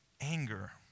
anger